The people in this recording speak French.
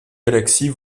galaxies